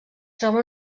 troba